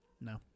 No